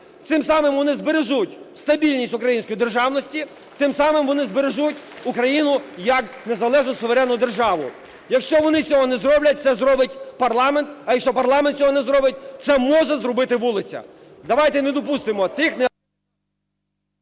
Цим самим вони збережуть стабільність української державності, тим самим вони збережуть Україну як незалежну, суверенну державу. Якщо вони цього не зроблять, це зробить парламент, а якщо парламент цього не зробить, це може зробити вулиця.